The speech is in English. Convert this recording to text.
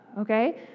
okay